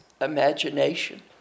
imagination